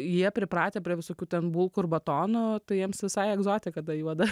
jie pripratę prie visokių ten bulkų ir batono tai jiems visai egzotika ta juoda